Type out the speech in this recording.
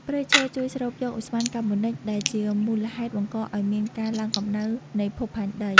ព្រៃឈើជួយស្រូបយកឧស្ម័នកាបូនិចដែលជាមូលហេតុបង្កឱ្យមានការឡើងកម្ដៅនៃភពផែនដី។